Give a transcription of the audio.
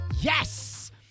Yes